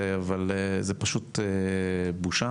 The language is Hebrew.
אבל זה פשוט בושה,